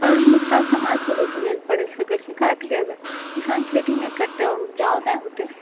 आओर ई नुकसान समाजके भी झेलय ला पड़ै छै काहेके लिए किसान खेती नहि करतै आओर उपजा आर नहि होतै